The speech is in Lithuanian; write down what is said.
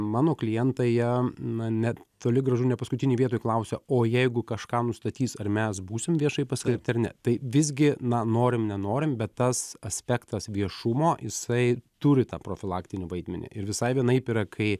mano klientai jie na ne toli gražu ne paskutinėj vietoj klausia o jeigu kažką nustatys ar mes būsim viešai paskelbti ar ne tai visgi na norim nenorim bet tas aspektas viešumo jisai turi tą profilaktinį vaidmenį ir visai vienaip yra kai